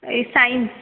ଏଇ ସାଇନ୍ସ୍